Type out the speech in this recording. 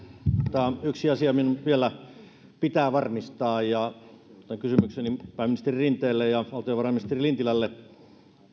tämä yksi asia minun vielä pitää varmistaa ja esitän kysymykseni pääministeri rinteelle ja valtiovarainministeri lintilälle